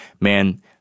man